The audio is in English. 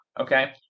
Okay